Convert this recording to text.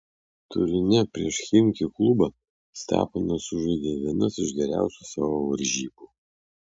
turine prieš chimki klubą steponas sužaidė vienas iš geriausių savo varžybų